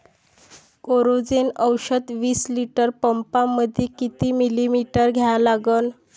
Coragen औषध विस litre पंपामंदी किती मिलीमिटर घ्या लागन?